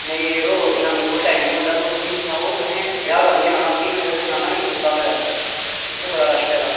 नेई यरो इन्ना मेरे कोल टैम नी होंदा तुस मिगी सनाओ तुहें ब्याह कल्लूं जाना फ्ही में तुहेंगी सनाना नी उस्सै स्हाबै दा इत्थै बड़ा रश पेदा